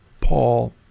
Paul